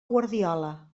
guardiola